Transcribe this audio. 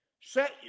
Set